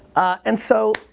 and so,